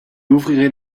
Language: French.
ouvrirez